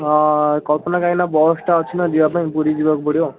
ହଁ କଳ୍ପନା କାହିଁକିନା ବସ୍ଟା ଅଛି ନା ଯିବା ପାଇଁ ପୁରୀ ଯିବାକୁ ପଡ଼ିବ